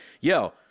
yo